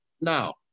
Now